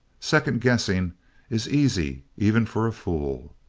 second guessing is easy, even for a fool.